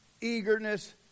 eagerness